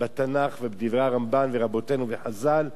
בתנ"ך ובדברי הרמב"ן ורבותינו וחז"ל,